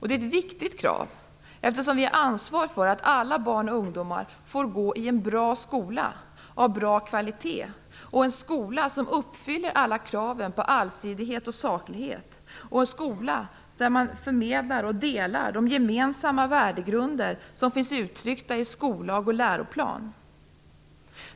Det är ett viktigt krav eftersom vi har ansvar för att alla barn och ungdomar får gå i en bra skola av bra kvalitet. Det skall vara en skola som uppfyller alla krav på allsidighet och saklighet, en skola där man förmedlar och delar de gemensamma värdegrunder som finns uttryckta i skollag och läroplan.